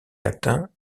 atteint